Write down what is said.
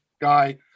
guy